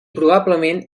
probablement